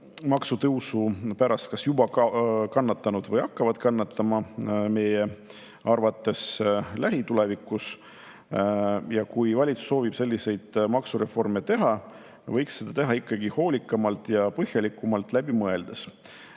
maksutõusu pärast kas juba kannatanud või hakkavad meie arvates kannatama lähitulevikus. Kui valitsus soovib selliseid maksureforme teha, võiks neid teha ikkagi hoolikamalt ja põhjalikumalt läbi mõeldes.